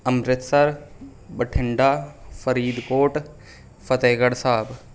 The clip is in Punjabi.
ਅੰਮ੍ਰਿਤਸਰ ਬਠਿੰਡਾ ਫਰੀਦਕੋਟ ਫਤਹਿਗੜ੍ਹ ਸਾਹਿਬ